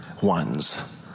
ones